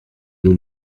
nous